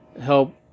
help